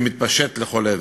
שמתפשט לכל עבר.